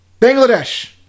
bangladesh